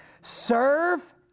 Serve